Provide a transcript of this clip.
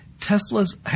Tesla's